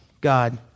God